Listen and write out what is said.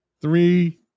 Three